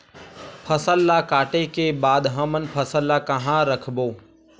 फसल ला काटे के बाद हमन फसल ल कहां रखबो?